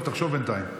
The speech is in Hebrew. תחשוב בינתיים.